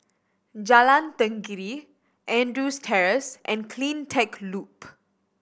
Jalan Tenggiri Andrews Terrace and Cleantech Loop